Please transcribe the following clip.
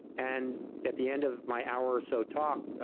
and at the end of my hour or so talk, ah